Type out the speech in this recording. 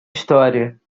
história